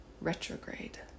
retrograde